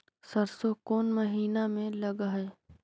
सरसों कोन महिना में लग है?